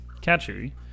catchy